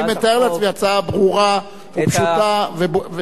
פשוטה והגיונית לחלוטין.